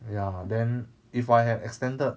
ya then if I had extended